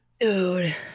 Dude